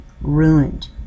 ruined